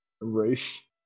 Race